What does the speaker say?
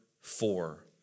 four